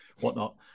whatnot